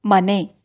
ಮನೆ